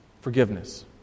Forgiveness